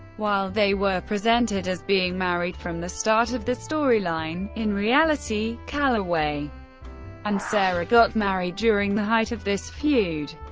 while they were presented as being married from the start of the storyline, in reality, calaway and sara got married during the height height of this feud.